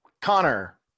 Connor